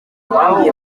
wambwiye